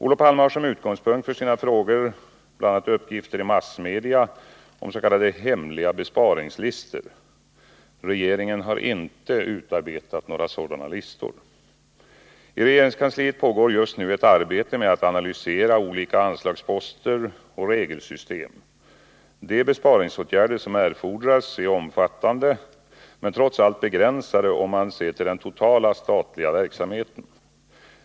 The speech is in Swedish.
Olof Palme har som utgångspunkt för sina frågor bl.a. uppgifter i massmedia om s.k. hemliga besparingslistor. Regeringen har inte utarbetat några sådana listor. I regeringskansliet pågår just nu ett arbete med att analysera olika anslagsposter och regelsystem. De besparingsåtgärder som erfordras är omfattande men trots allt begränsade, om man ser till den totala statliga verksamheten.